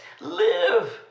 Live